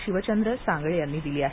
शिवचंद्र सांगळे यांनी दिली आहे